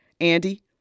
Andy